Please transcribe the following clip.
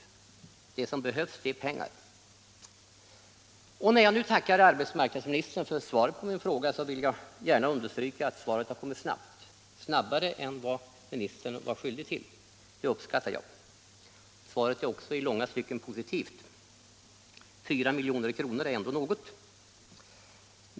Det som behövs är pengar. När jag nu tackar arbetsmarknadsministern för svaret på min fråga vill jag gärna understryka att svaret kommit snabbt, snabbare än vad arbetsmarknadsministern var skyldig till. Det uppskattar jag. Svaret är också i långa stycken positivt — 4 milj.kr. är ändå något.